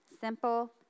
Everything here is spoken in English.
Simple